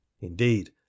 indeed